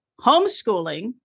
homeschooling